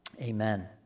Amen